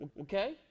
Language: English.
Okay